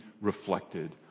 reflected